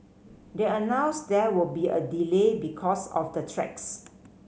they announced there would be a delay because of the tracks